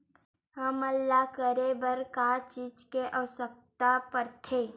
हमन ला करे बर का चीज के आवश्कता परथे?